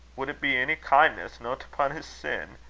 would it be ony kin'ness no to punish sin?